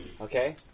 Okay